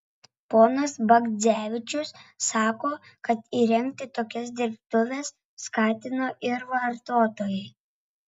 ponas bagdzevičius sako kad įrengti tokias dirbtuves skatino ir vartotojai